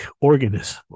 organism